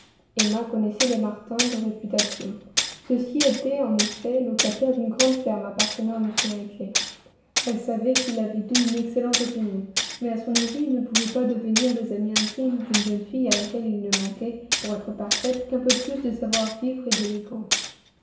emma connaissait les martin de réputation ceux-ci étaient en effet locataires d'une grande ferme appartenant à m knightley elle savait qu'il avait d'eux une excellente opinion mais à son avis ils ne pouvaient pas devenir les amis intimes d'une jeune fille à laquelle il ne manquait pour être parfaite qu'un peu plus de savoir-vivre et d'élégance